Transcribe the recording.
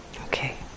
Okay